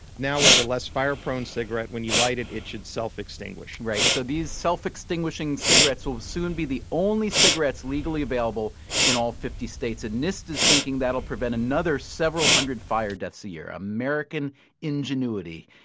now with the less fire-prone cigarette, when you light it, it should self-extinguish right, so these self-extinguishing cigarettes will soon be the only cigarettes legally available in all fifty states. nist is thinking that will prevent another several hundred fire deaths a year. american ingenuity.